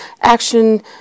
action